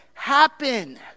Happen